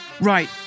right